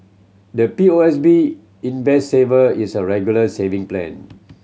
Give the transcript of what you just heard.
the P O S B Invest Saver is a Regular Saving Plan